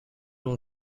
will